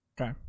Okay